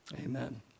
Amen